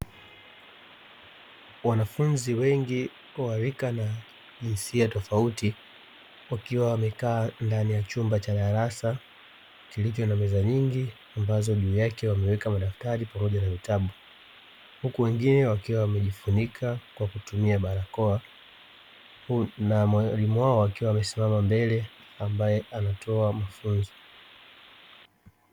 Wanafunzi wengi wa rika na jinsia tofauti, wakiwa wamekaa ndani ya chumba cha darasa; kilicho na meza nyingi ambazo juu yake wameweka madaftari pamoja na vitabu, huku wengine wakiwa wamejifunika kwa kutumia barakoa na mwalimu wao akiwa amesimama mbele ambaye anatoa mafunzo.